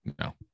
No